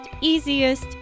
easiest